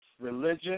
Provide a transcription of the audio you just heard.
Religion